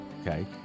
okay